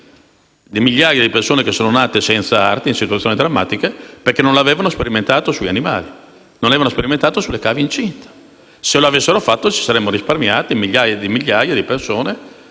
migliaia di persone nate senza arti in situazioni drammatiche perché non avevano sperimentato sugli animali e sulla cavie incinte. Se lo avessero fatto, ci saremmo risparmiati migliaia di migliaia di persone